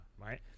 right